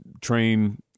train